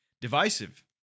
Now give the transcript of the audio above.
divisive